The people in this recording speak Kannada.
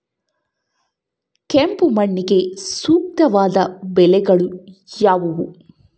ಕೆಂಪು ಮಣ್ಣಿಗೆ ಸೂಕ್ತವಾದ ಬೆಳೆಗಳು ಯಾವುವು?